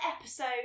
episode